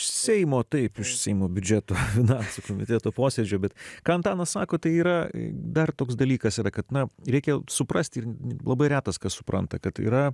seimo taip seimo biudžeto finansų komiteto posėdžio bet kai antanas sako tai yra dar toks dalykas yra kad na reikia suprasti ir labai retas kas supranta kad yra